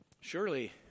surely